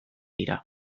dira